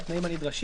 ולכן זה לא נשמר.